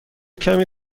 کمی